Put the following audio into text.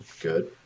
good